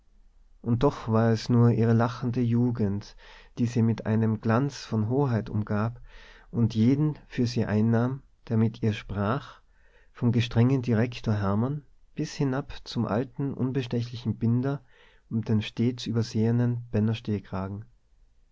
und doch war es nur ihre lachende jugend die sie mit einem glanz von hoheit umgab und jeden für sie einnahm der mit ihr sprach vom gestrengen direktor hermann bis hinab zum alten unbestechlichen binder und dem stets übersehenen